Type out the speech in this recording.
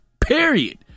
Period